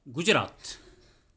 Gujarat